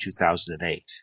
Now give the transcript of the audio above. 2008